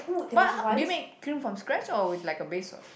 but how do you make cream from scratch or with like a base sauce